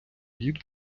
їду